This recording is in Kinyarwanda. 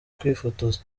kwifotoza